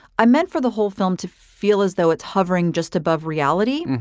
i meant for the whole film to feel as though it's hovering just above reality.